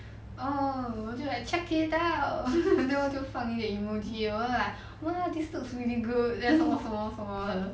oh 我就 like check it out then 我就我就放一个 emoji lor 我就 like !wah! this looks really good 什么什么的